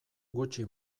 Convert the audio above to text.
gutxi